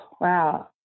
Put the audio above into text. Wow